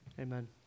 Amen